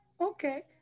Okay